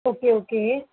okay okay